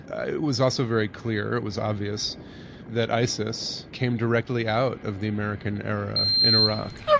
ah it was also very clear, it was obvious that isis came directly out of the american era in iraq.